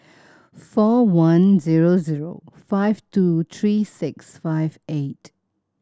four one zero zero five two three six five eight